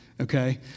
Okay